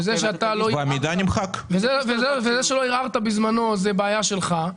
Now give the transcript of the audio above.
ואם לא ערערת בזמנו זה בעיה שלך,